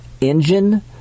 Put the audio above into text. engine